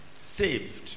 saved